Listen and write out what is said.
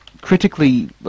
critically